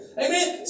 amen